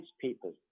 people